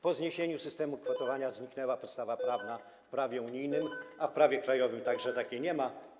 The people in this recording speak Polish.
Po zniesieniu systemu kwotowania zniknęła podstawa prawna w prawie unijnym, w prawie krajowym także takiej nie ma.